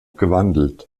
gewandelt